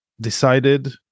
decided